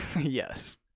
Yes